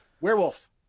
Werewolf